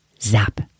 zap